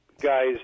guys